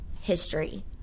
history